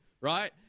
right